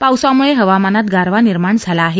पावसामुळे हवामानात गारवा निर्माण झाला आहे